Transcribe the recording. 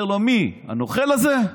אומר לו: מי, הנוכל הזה?